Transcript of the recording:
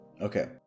Okay